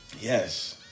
Yes